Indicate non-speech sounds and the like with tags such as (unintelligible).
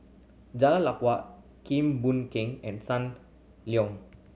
Jalan (unintelligible) Kim Boon Keng and Sun Leong